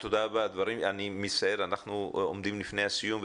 אני מצטער, אנחנו עומדים בפני סיום.